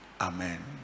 Amen